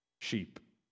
sheep